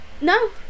No